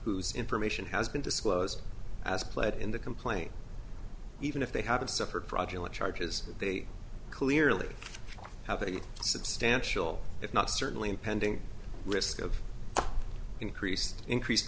whose information has been disclosed as pled in the complaint even if they have separate projects and charges they clearly have a substantial if not certainly impending risk of increased increased